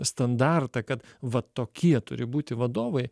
standartą kad va tokie turi būti vadovai